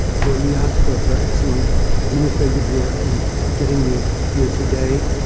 for the ah for her excellent administrative work in getting me here today.